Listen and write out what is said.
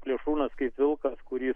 plėšrūnas kaip vilkas kurį